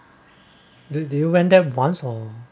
do do you went there once or